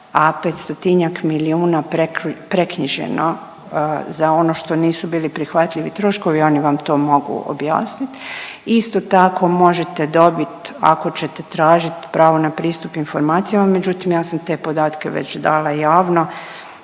a 500-njak milijuna preknjiženo za ono što nisu bili prihvatljivi troškovi, oni vam to mogu objasnit. Isto tako možete dobit ako ćete tražit pravo na pristup informacijama, međutim ja sam te podatke već dala javno,